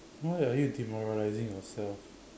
why are you demoralizing yourself